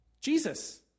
Jesus